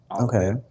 Okay